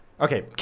Okay